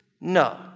No